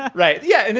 right? yeah.